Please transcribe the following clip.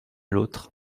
l’autre